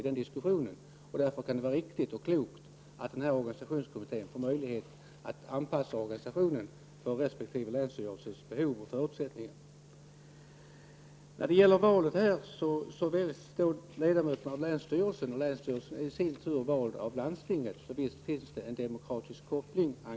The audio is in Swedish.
Därför kan det vara riktigt och klokt att denna organisationskommitté får möjlighet att anpassa organisationen till resp. länsstyrelses behov och förutsättningar. Dessa ledamöter väljs av länsstyrelsen, och länsstyrelsen är i sin tur vald av landstinget. Så visst finns det, Agne Hansson, en demokratisk koppling.